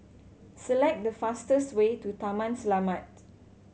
select the fastest way to Taman Selamat